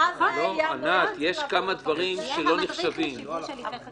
ואז --- יהיה המדריך לשיבוש הליכי חקירה.